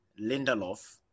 Lindelof